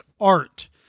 art